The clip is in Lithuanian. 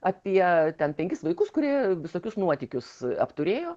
apie ten penkis vaikus kurie visokius nuotykius apturėjo